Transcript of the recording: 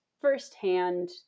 firsthand